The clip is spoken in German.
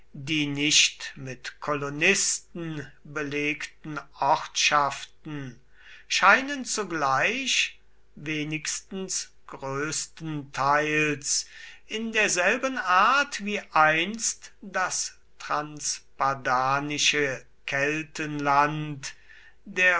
die nicht mit kolonisten belegten ortschaften scheinen zugleich wenigstens größtenteils in derselben art wie einst das transpadanische kettenland